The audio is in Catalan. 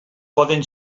poden